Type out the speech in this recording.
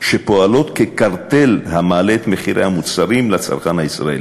שפועלות כקרטל המעלה את מחירי המוצרים לצרכן הישראלי.